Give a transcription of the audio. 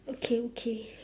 okay okay